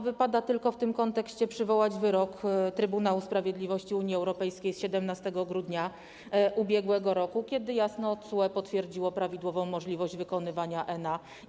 Wypada tylko w tym kontekście przywołać wyrok Trybunały Sprawiedliwości Unii Europejskiej z 17 grudnia ub.r., kiedy TSUE jasno potwierdziło prawidłową możliwość wykonywania NA.